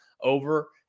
over